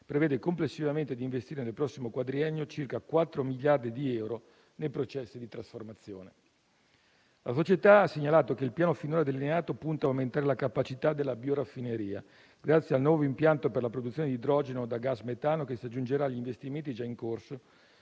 investire complessivamente nel prossimo quadriennio circa 4 miliardi di euro nei processi di trasformazione. La società ha segnalato che il piano finora delineato punta ad aumentare la capacità della bioraffineria, grazie al nuovo impianto per la produzione di idrogeno da gas metano che si aggiungerà agli investimenti già in corso,